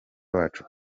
wacu